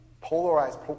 polarized